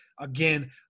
Again